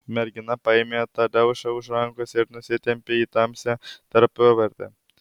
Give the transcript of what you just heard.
mergina paėmė tadeušą už rankos ir nusitempė į tamsią tarpuvartę